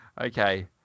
Okay